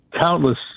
countless